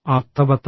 അർത്ഥവത്തായ